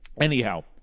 anyhow